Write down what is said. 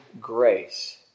grace